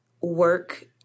work